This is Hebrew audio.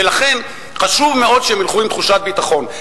ולכן חשוב מאוד שהם ילכו עם תחושת ביטחון.